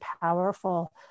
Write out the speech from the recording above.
powerful